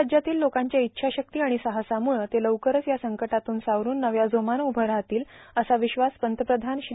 राज्यातील लोकांच्या इच्छाशक्ती आणि साहसामुळं ते लवकरच या संकटातून सावरून नव्या जोमानं उभं राहतील असा विश्वास पंतप्रधान श्री